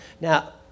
Now